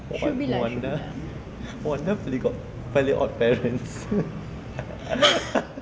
might be wanda wanda fairy go~ fairly oddparents